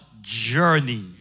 journey